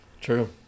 True